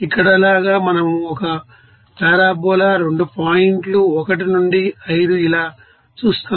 ఇక్కడ లాగా మనం ఒక పరబోలా 2 పాయింట్లు 1 నుండి 5 ఇలా చూస్తాము